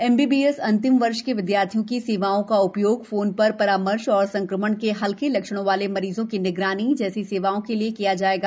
M B B S अंतिम वर्ष के विदयार्थियों की सेवाओं का उपयोग फोन प्रर प्रामर्श और संक्रमण के हल्के लक्षणों वाले मरीजों की निगरानी जैसी सेवाओं के लिए किए जाएगा